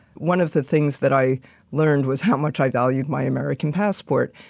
one of the things that i learned was how much i valued my american passport.